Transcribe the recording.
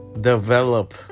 develop